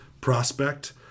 prospect